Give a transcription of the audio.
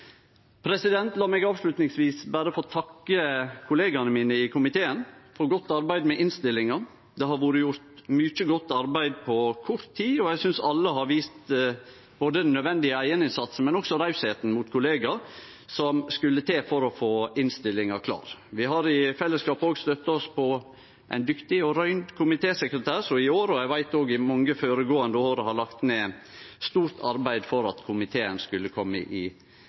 La meg avslutningsvis berre få takke kollegaene mine i komiteen for godt arbeid med innstillinga. Det har vore gjort mykje godt arbeid på kort tid, og eg synest alle har vist både den nødvendige eigeninnsatsen og den rausheita mot kollegaer som skulle til for å få innstillinga klar. Vi har i fellesskap òg støtta oss på ein dyktig og røynd komitésekretær som i år – og eg veit òg i mange føregåande år – har lagt ned stort arbeid for at komiteen skulle kome i